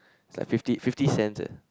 like fifty fifty cents eh